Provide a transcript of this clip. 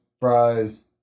fries